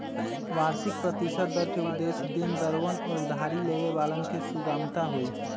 वार्षिक प्रतिशत दर के उद्देश्य देनदरवन और उधारी लेवे वालन के सुगमता हई